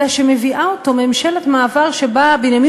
אלא שמביאה אותו ממשלת מעבר שבה בנימין